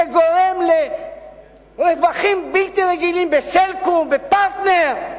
שגורם לרווחים בלתי רגילים ב"סלקום", ב"פרטנר",